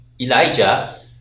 Elijah